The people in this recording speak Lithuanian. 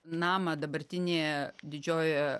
namą dabartinėje didžiojoje